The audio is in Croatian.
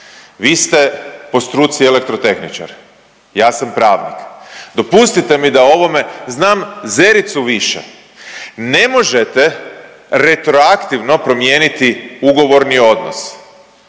vi ste po struci elektrotehničar, ja sam pravnik, dopustite mi da o ovome znam zericu više. Ne možete retroaktivno promijeniti ugovorni odnos,